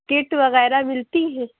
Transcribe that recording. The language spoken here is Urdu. کٹ وغیرہ ملتی ہے